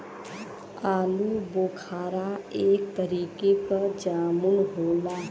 आलूबोखारा एक तरीके क जामुन होला